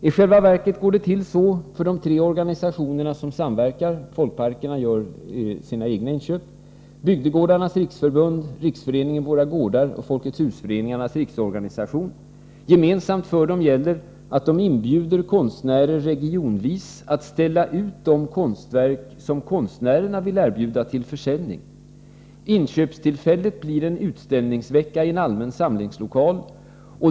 I själva verket går det till så att de samverkande organisationerna — folkparkerna gör sina egna inköp — Bygdegårdarnas riksförbund, Riksföreningen Våra gårdar och Folkets husföreningarnas riksorganisation inbjuder konstnärer regionvis att ställa ut de konstverk som konstnärerna vill erbjuda till försäljning. Inköpstillfället blir en utställningsvecka i en allmän samlingslokal.